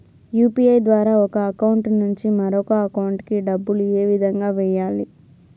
UPI ద్వారా ఒక account నుంచి మరొక అకౌంట్ కి డబ్బులు ఏ విధంగా వెయ్యాలి